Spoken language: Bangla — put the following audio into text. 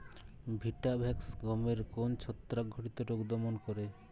ভিটাভেক্স গমের কোন ছত্রাক ঘটিত রোগ দমন করে?